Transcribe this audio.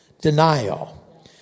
Denial